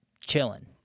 chilling